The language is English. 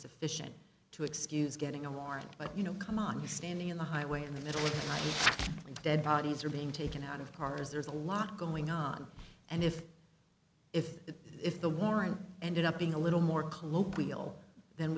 sufficient to excuse getting a warrant but you know come on you're standing in the highway in the middle with dead bodies are being taken out of cars there's a lot going on and if if if if the warrant ended up being a little more colloquial th